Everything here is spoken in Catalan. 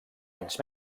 anys